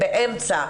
באמצע